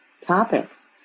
topics